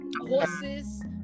horses